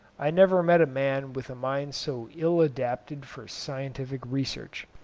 i never met a man with a mind so ill adapted for scientific research.